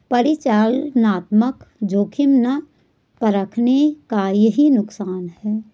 परिचालनात्मक जोखिम ना परखने का यही नुकसान है